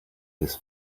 his